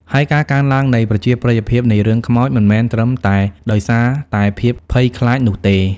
ហើយការកើនឡើងនៃប្រជាប្រិយភាពនៃរឿងខ្មោចមិនមែនត្រឹមតែដោយសារតែភាពភ័យខ្លាចនោះទេ។